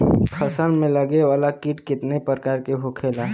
फसल में लगे वाला कीट कितने प्रकार के होखेला?